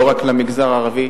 לא רק למגזר הערבי,